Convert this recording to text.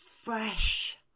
fresh